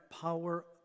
power